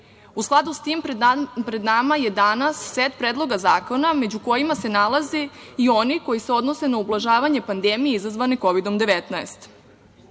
skladu sa tim, pred nama je danas set predloga zakona među kojima se nalaze i oni koji se odnose na ublažavanje pandemije izazvane Kovidom 19.